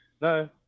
No